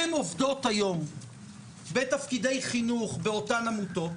הן עובדות היום בתפקידי חינוך באותן עמותות,